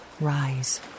rise